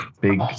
Big